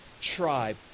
tribe